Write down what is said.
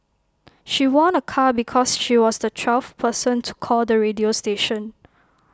she won A car because she was the twelfth person to call the radio station